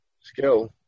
Skill